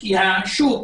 כי השוק